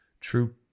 true